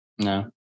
No